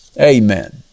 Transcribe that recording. Amen